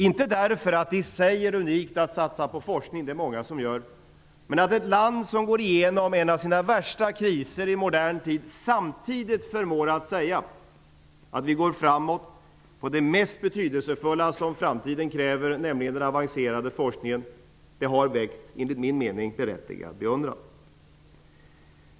Inte för att det i sig är unikt att satsa på forskning -- det är det många som gör -- utan för att ett land som går igenom en av sina värsta kriser i modern tid samtidigt kan säga att man går framåt på det mest betydelsefulla området för framtiden, nämligen den avancerade forskningen. Det har väckt en enligt min mening berättigad beundran.